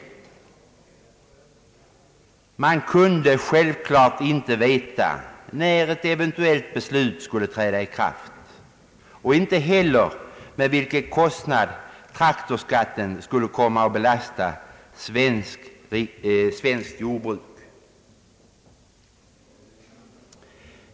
Man kunde självfallet inte veta när ett eventuellt beslut skulle träda i kraft och inte heller med vilken kostnad traktorskatten skulle komma att belasta svenskt jordbruk.